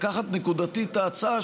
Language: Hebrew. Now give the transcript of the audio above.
לקחת נקודתית את ההצעה,